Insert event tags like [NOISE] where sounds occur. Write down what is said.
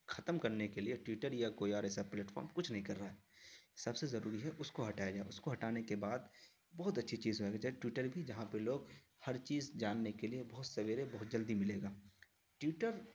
ختم کرنے کے لیے ٹویٹر یا کوئی اور ایسا پلیٹ فارم کچھ نہیں کر رہا ہے سب سے ضروری ہے اس کو ہٹایا جائے اس کو ہٹانے کے بعد بہت اچھی چیز ہو جائے گی [UNINTELLIGIBLE] ٹویٹر بھی جہاں پہ لوگ ہر چیز جاننے کے لیے بہت سویرے بہت جلدی ملے گا ٹویٹر